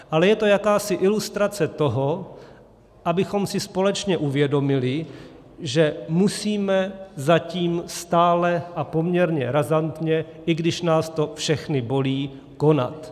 Ale je to jakási ilustrace toho, abychom si společně uvědomili, že musíme zatím stále a poměrně razantně, i když nás to všechny bolí, konat.